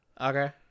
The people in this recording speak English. okay